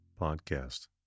podcast